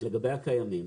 לגבי הקיימים.